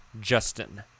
Justin